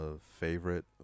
favorite